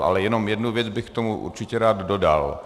Ale jenom jednu věc bych k tomu určitě rád dodal.